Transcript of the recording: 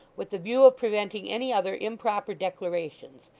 with the view of preventing any other improper declarations,